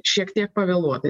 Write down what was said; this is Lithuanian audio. šiek tiek pavėluotai